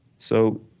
so